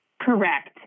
Correct